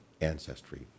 ancestry